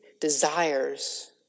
desires